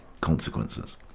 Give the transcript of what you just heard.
consequences